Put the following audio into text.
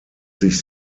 sich